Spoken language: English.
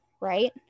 right